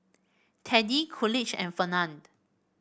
Teddie Coolidge and Fernand